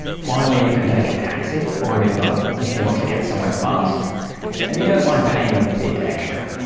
finally, you can take a taxi or an uber if you want to get somewhere fast and you don't mind paying a bit extra.